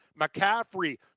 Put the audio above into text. McCaffrey